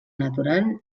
natural